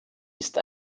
ist